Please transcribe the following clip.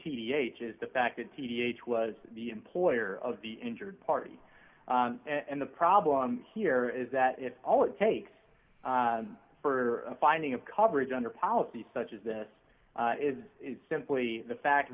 th is the fact that th was the employer of the injured party and the problem here is that if all it takes for a finding of coverage under policy such as this is simply the fact